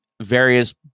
various